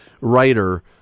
writer